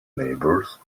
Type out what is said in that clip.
neighbors